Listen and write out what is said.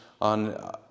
on